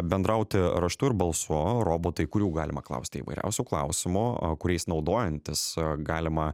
bendrauti raštu ir balsu robotai kurių galima klausti įvairiausių klausimų a kuriais naudojantis galima